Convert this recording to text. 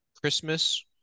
Christmas